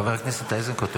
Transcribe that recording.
חבר הכנסת איזנקוט,